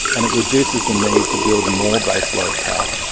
and it reduces the need to build more baseload power.